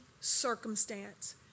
circumstance